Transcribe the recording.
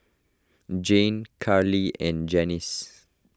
Jane Karli and Janis